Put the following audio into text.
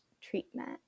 treatment